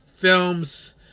films